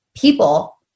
people